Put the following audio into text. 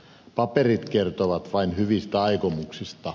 paperit kertovat vain hyvistä aikomuksista